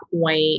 point